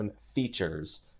features